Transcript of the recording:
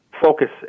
focus